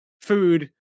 food